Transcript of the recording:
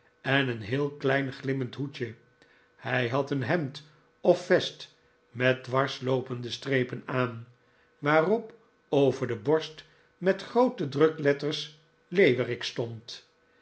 eii een heel klein glimmend hotdje hij had een hemd of vest met dwarsloopende strepen aan waarop over de borst met groote drukletters leeuwerik stond